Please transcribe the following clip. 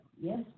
Yes